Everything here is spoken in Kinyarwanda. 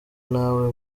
nawe